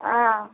ஆ